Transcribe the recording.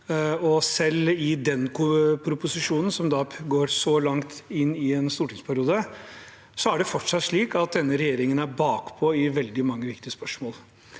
selv i den proposisjonen, som går så langt inn i en stortingsperiode, er det fortsatt slik at denne regjeringen er bakpå i veldig mange viktige spørsmål.